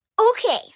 Okay